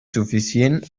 suficient